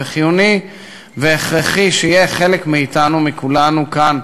וחיוני והכרחי שיהיה חלק מאתנו, מכולנו כאן,